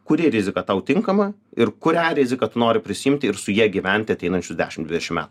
kuri rizika tau tinkama ir kurią riziką tu nori prisiimti ir su ja gyventi ateinančius dešimt dvidešimt metų